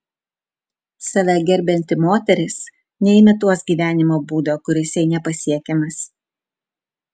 save gerbianti moteris neimituos gyvenimo būdo kuris jai nepasiekiamas